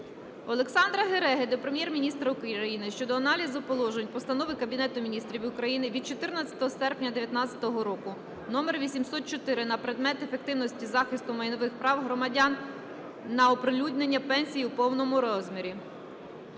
Олександра Гереги до Прем'єр-міністра України щодо аналізу положень Постанови Кабінету Міністрів України від 14 серпня 2019 року №804 на предмет ефективності захисту майнових прав громадян на оприлюднення пенсій у повному розмірі.